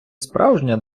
справжня